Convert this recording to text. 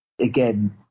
again